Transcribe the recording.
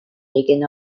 taken